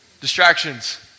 Distractions